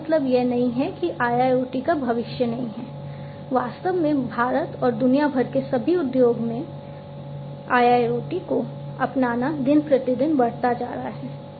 इसका मतलब यह नहीं है कि IIoT का भविष्य नहीं है वास्तव में भारत और दुनिया भर के सभी उद्योगों में IIoT को अपनाना दिन प्रतिदिन बढ़ता जा रहा है